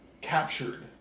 captured